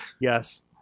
Yes